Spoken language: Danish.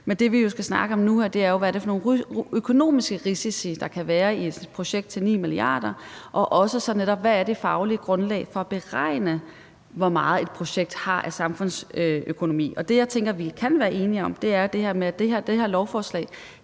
Men det, vi jo skal snakke om nu her, er, hvad det er for nogle økonomiske risici, der kan være i et projekt til 9 mia. kr., og så også netop, hvad det faglige grundlag er for at beregne, hvor meget samfundsøkonomi der er i et projekt. Det, jeg tænker vi kan være enige om, er det her med, at det her lovforslag